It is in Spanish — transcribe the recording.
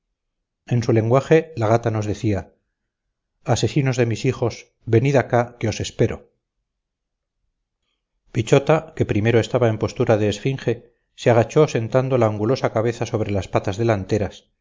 en su lenguaje la gata nos decía asesinos de mis hijos venid acá que os espero pichota que primero estaba en postura de esfinge se agachó sentando la angulosa cabeza sobre las patas delanteras